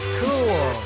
cool